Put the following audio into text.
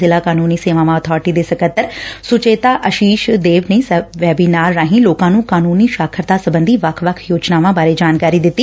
ਜ਼ਿਲ਼ਾ ਕਾਨੰਨੀ ਸੇਵਾਵਾਂ ਅਬਾਰਟੀ ਦੇ ਸਕੱਤਰ ਸੁਚੇਤਾ ਅਸ਼ੀਸ਼ ਦੇਵ ਨੇ ਵੈਬੀਨਾਰ ਰਾਹੀ ਲੋਕਾਂ ਨੂੰ ਕਾਨੂੰਨੀ ਸਾਖ਼ਰਤਾ ਸਬੰਧੀ ਵੱਖ ਵੱਖ ਯੋਜਨਾਵਾਂ ਬਾਰੇ ਜਾਣਕਾਰੀ ਦਿੱਤੀ